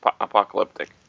apocalyptic